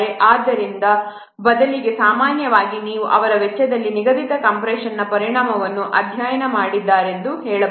ಆದ್ದರಿಂದ ಬದಲಿಗೆ ಸಾಮಾನ್ಯವಾಗಿ ನೀವು ಅವರು ವೆಚ್ಚದಲ್ಲಿ ನಿಗದಿತ ಕಂಪ್ರೆಶನ್ನ ಪರಿಣಾಮವನ್ನು ಅಧ್ಯಯನ ಮಾಡಿದ್ದಾರೆಂದು ಹೇಳಬಹುದು